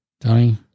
Tony